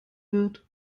wird